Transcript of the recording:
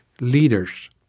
leaders